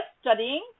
studying